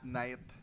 night